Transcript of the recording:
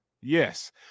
Yes